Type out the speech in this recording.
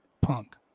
Punk